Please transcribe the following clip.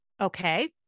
Okay